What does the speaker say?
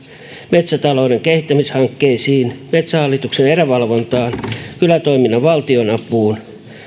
metsätalouden kehittämishankkeisiin metsähallituksen erävalvontaan kylätoiminnan valtionapuun